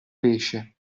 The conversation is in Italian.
pesce